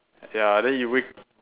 ya then you wake